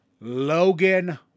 Logan